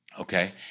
okay